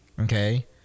okay